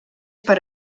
per